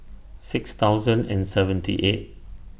six thousand and seventy eight